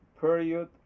period